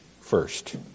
first